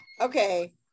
okay